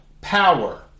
Power